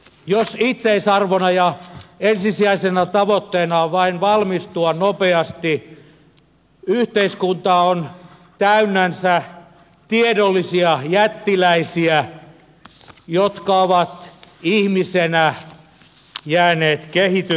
jos itseisarvona ja ensisijaisena tavoitteena on vain valmistua nopeasti yhteiskunta on täynnänsä tiedollisia jättiläisiä jotka ovat ihmisenä jääneet kehityksessä hyvin keskenkasvuisiksi